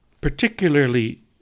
particularly